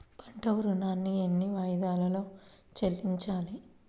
పంట ఋణాన్ని ఎన్ని వాయిదాలలో చెల్లించాలి?